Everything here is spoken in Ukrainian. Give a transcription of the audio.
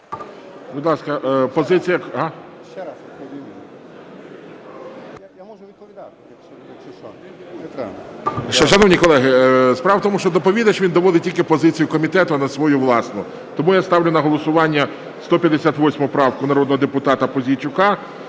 доповідач, він доводить тільки позицію комітету, а не свою власну. Тому я ставлю на голосування 158 правку народного депутата Пузійчука.